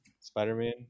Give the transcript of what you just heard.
spider-man